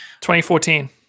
2014